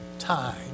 time